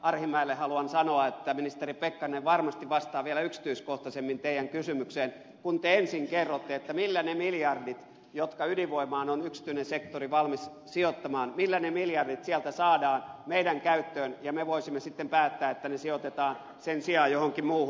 arhinmäelle haluan sanoa että ministeri pekkarinen varmasti vastaa vielä yksityiskohtaisemmin teidän kysymykseenne kun te ensin kerrotte millä ne miljardit jotka ydinvoimaan on yksityinen sektori valmis sijoittamaan sieltä saadaan meidän käyttöömme niin että voisimme sitten päättää että ne sijoitetaan sen sijaan johonkin muuhun